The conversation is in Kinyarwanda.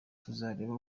tuzareba